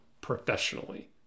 professionally